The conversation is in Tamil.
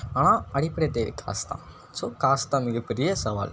ஆனால் அடிப்படைத் தேவை காசுதான் ஸோ காசுதான் மிகப்பெரிய சவால்